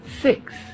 six